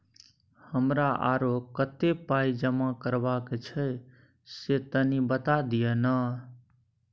हमरा आरो कत्ते पाई जमा करबा के छै से तनी बता दिय न?